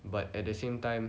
but at the same time